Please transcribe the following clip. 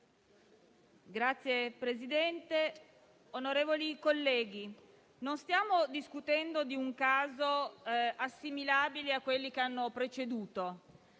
Signor Presidente, onorevoli colleghi, non stiamo discutendo di un caso assimilabile a quelli che lo hanno preceduto,